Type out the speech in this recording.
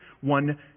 one